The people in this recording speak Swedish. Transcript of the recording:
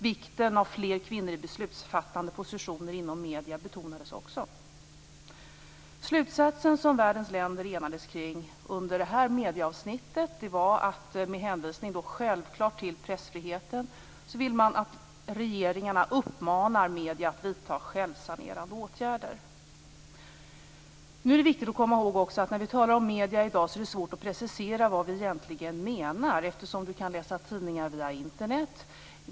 Vikten av fler kvinnor i beslutsfattande positioner inom medierna betonades också. Slutsatsen som världens länder enades kring under det här medieavsnittet var att man vill, självfallet med hänvisning till pressfriheten, att regeringarna uppmanar medierna att vidta självsanerande åtgärder. Nu är det också viktigt att komma ihåg att när vi talar om medier i dag är det svårt att precisera vad vi egentligen menar. Man kan ju läsa tidningar via Internet.